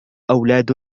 أولاد